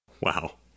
Wow